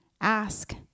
ask